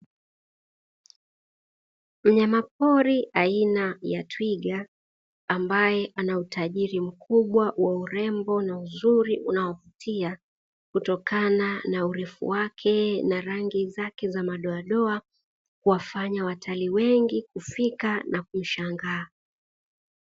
Mnyama pori aina ya Twiga ambaye ana utajiri mkubwa wa urembo na uzuri unaovutia kutokana na urefu wake na rangi za madoa doa. Kuwafanya watalii wengi kufika na kumshangaa.